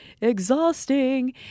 exhausting